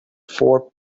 four